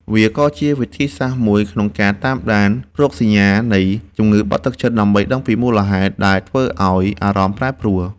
វាក៏ជាវិធីសាស្ត្រមួយក្នុងការតាមដានរោគសញ្ញានៃជំងឺបាក់ទឹកចិត្ត ដើម្បីដឹងពីមូលហេតុដែលធ្វើឱ្យអារម្មណ៍ប្រែប្រួល។